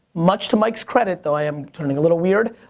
much to mike's credit, though i am turning a little weird,